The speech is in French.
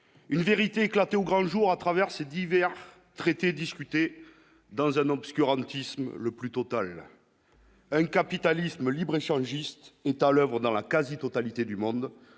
une vérité éclater au grand jour à traverser divers traités discuter dans un obscurantisme le plus total. Capitalisme libre échangiste est à l'oeuvre dans la quasi-totalité du monde